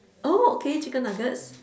oh okay chicken-nuggets